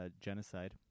genocide